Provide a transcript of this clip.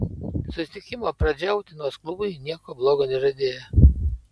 susitikimo pradžia utenos klubui nieko blogo nežadėjo